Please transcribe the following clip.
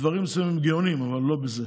בדברים מסוימים הם גאונים, אבל לא בזה.